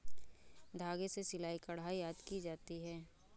धागे से सिलाई, कढ़ाई आदि की जाती है